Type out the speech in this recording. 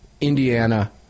Indiana